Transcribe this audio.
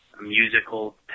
musical